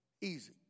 easy